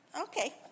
Okay